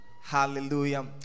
Hallelujah